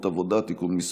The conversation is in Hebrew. נתקבלו.